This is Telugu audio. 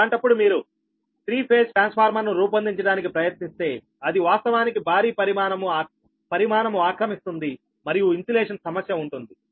అలాంటప్పుడు మీరు 3 ఫేజ్ ట్రాన్స్ఫార్మర్ను రూపొందించడానికి ప్రయత్నిస్తే అది వాస్తవానికి భారీ పరిమాణము ఆక్రమిస్తుంది మరియు ఇన్సులేషన్ సమస్య ఉంటుంది